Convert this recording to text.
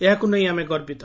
ଏହାକୁ ନେଇ ଆମେ ଗର୍ବିତ